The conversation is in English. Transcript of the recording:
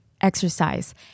exercise